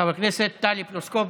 חברת הכנסת טלי פלוסקוב,